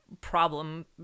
Problem